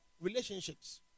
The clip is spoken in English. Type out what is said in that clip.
relationships